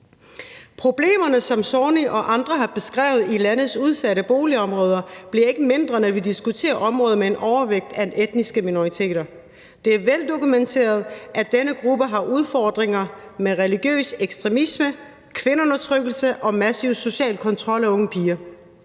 boligområder, som Zornig og andre har beskrevet, bliver ikke mindre, når vi diskuterer områder med en overvægt af etniske minoriteter. Det er veldokumenteret, at denne gruppe har udfordringer med religiøs ekstremisme, kvindeundertrykkelse og massiv social kontrol af unge piger.